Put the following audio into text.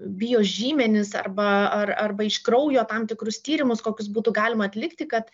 biožymenis arba ar arba iš kraujo tam tikrus tyrimus kokius būtų galima atlikti kad